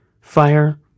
fire